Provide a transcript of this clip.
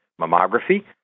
mammography